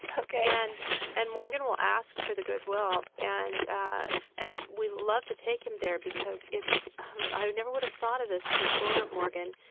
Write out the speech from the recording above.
ah ok and and morgan will ask for the goodwill. and and we love to take him there, because it's i never would've thought of this before morgan,